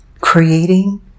Creating